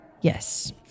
Yes